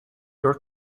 your